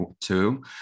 two